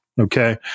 Okay